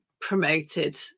promoted